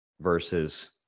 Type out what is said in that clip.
versus